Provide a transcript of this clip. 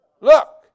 Look